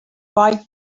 write